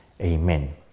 Amen